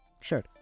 Sure